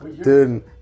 dude